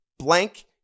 Blank